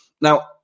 Now